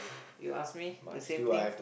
you ask me the same thing